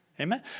Amen